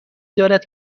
دارد